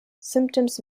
symptoms